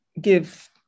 give